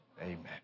Amen